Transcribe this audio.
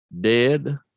dead